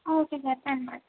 okay sir ਧੰਨਵਾਦ